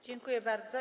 Dziękuję bardzo.